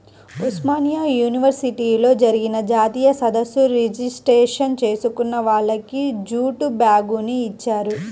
ఉస్మానియా యూనివర్సిటీలో జరిగిన జాతీయ సదస్సు రిజిస్ట్రేషన్ చేసుకున్న వాళ్లకి జూటు బ్యాగుని ఇచ్చారు